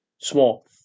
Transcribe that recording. small